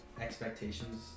expectations